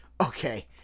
okay